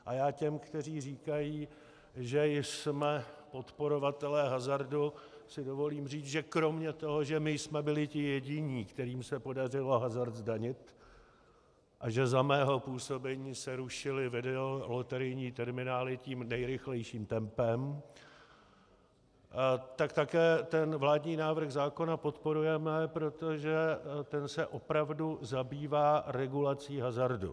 A já těm, kteří říkají, že jsme podporovatelé hazardu, si dovolím říct, že kromě toho, že my jsme byli ti jediní, kterým se podařilo hazard zdanit, a že za mého působení se rušily videoloterijní terminály tím nejrychlejším tempem, tak také ten vládní návrh zákona podporujeme, protože ten se opravdu zabývá regulací hazardu.